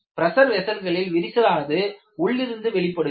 pressure வெசல்களில் விரிசலானது உள்ளிருந்து வெளிப்படுகிறது